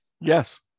Yes